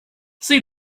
see